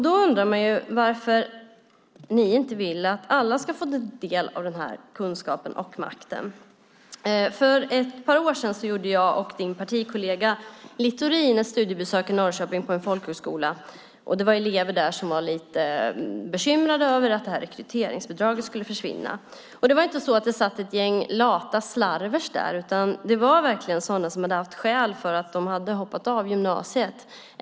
Då undrar man varför ni inte vill att alla ska få del av den kunskapen och makten. För ett par år sedan gjorde jag och din partikollega Littorin ett studiebesök i Norrköping på en folkhögskola. Det var elever där som var lite bekymrade över att rekryteringsbidraget skulle försvinna. Det satt inte ett gäng lata slarvar där. Det var verkligen sådana som hade haft skäl att hoppa av gymnasiet.